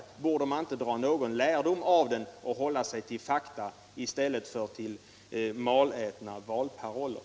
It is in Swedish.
Och borde man då inte dra någon lärdom av den och hålla sig till fakta i stället för till malätna valparoller!